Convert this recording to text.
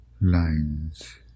lines